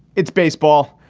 it's baseball.